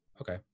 Okay